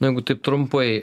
jeigu taip trumpai